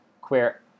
queer